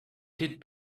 did